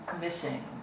missing